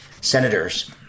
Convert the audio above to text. senators